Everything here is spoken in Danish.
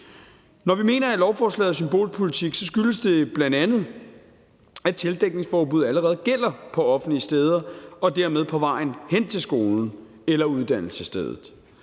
Når vi mener, at lovforslaget er symbolpolitik, skyldes det bl.a., at tildækningsforbuddet allerede gælder på offentlige steder og dermed på vejen hen til skolen eller uddannelsesstedet.